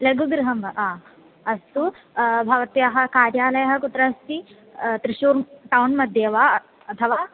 लघुगृहं वा अस्तु भवत्याः कार्यालयः कुत्र अस्ति त्रिशूर् टौन्मध्ये वा अथवा